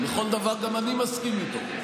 שבכל דבר גם אני מסכים איתו.